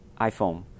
iPhone